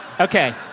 Okay